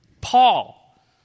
Paul